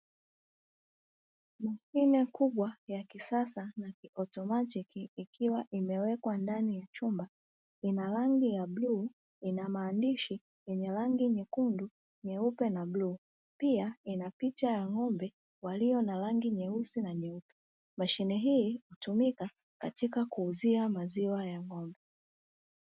Mashine kubwa ya kisasa na kiautomatiki ikiwa imewekwa ndani ya chumba. Ina rangi ya bluu, ina maandishi yenye rangi: nyekundu, nyeupe na bluu; pia ina picha ya ng'ombe walio na rangi nyeusi na nyeupe. Mashine hii hutumika katika kuuzia maziwa ya ng'ombe.